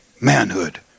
manhood